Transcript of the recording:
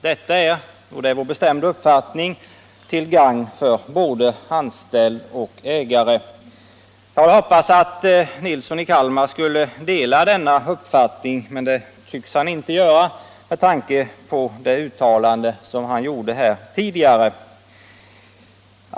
Detta är, och det är vår bestämda uppfattning, till gagn för både anställd och ägare. Jag hade hoppats att herr Nilsson i Kalmar skulle dela denna uppfattning, men det tycks han inte göra med tanke på det uttalande han gjorde.